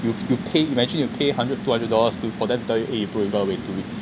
you you pay imagine you pay hundred two hundred dollars to for them to tell you eh bro you gotta wait two weeks